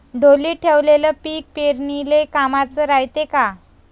ढोलीत ठेवलेलं पीक पेरनीले कामाचं रायते का?